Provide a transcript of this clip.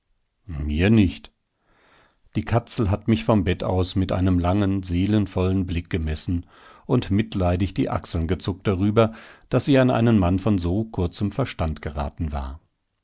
mir nicht die katzel hat mich vom bett aus mit einem langen seelenvollen blick gemessen und mitleidig die achseln gezuckt darüber daß sie an einen mann von so kurzem verstand geraten war